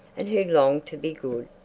and who longed to be good.